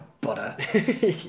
butter